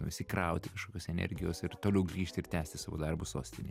nu įsikrauti kažkokios energijos ir toliau grįžti ir tęsti savo darbus sostinėj